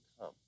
come